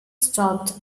stopped